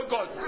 God